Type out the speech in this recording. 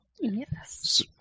Yes